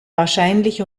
wahrscheinlich